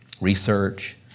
research